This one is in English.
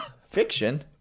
fiction